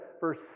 verse